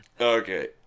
Okay